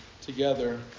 together